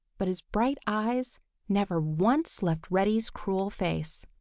but his bright eyes never once left reddy's cruel face.